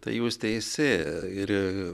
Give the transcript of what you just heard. tai jūs teisi ir